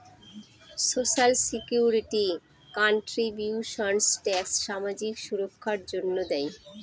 social security contributions tax সামাজিক সুররক্ষার জন্য দেয়